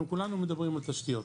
אנחנו כולנו מדברים על תשתיות.